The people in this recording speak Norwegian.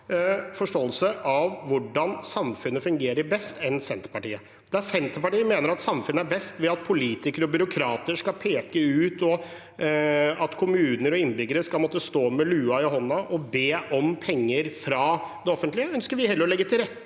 av hvordan samfunnet fungerer best. Der Senterpartiet mener at samfunnet er best ved at politikere og byråkrater skal peke ut, og at kommuner og innbyggere skal måtte stå med lua i hånden og be om penger fra det offentlige, ønsker vi heller å legge til rette